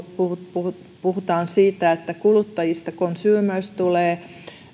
puhutaan puhutaan siitä että kuluttajista consumers tulee